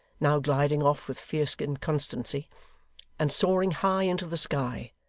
now gliding off with fierce inconstancy and soaring high into the sky,